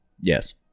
Yes